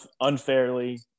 unfairly